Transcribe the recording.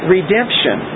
Redemption